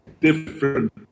different